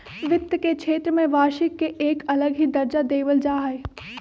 वित्त के क्षेत्र में वार्षिक के एक अलग ही दर्जा देवल जा हई